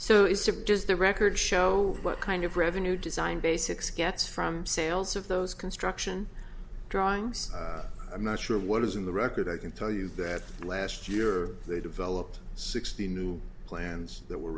just the record show what kind of revenue design basics gets from sales of those construction drawings i'm not sure what is in the record i can tell you that last year they developed sixty new plans that were